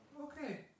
Okay